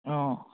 অঁ